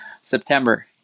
September